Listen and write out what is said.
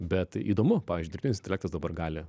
bet įdomu pavyzdžiui dirbtinis intelektas dabar gali